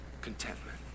contentment